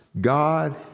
God